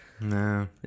No